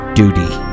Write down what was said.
duty